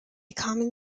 common